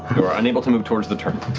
you are unable to move towards the turtle.